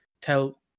tell